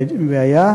בעיה.